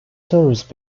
service